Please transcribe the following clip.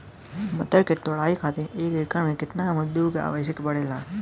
मटर क तोड़ाई खातीर एक एकड़ में कितना मजदूर क आवश्यकता पड़ेला?